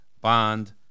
Bond